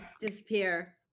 disappear